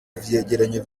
vyegeranyo